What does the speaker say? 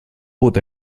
bot